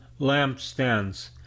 lampstands